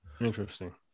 Interesting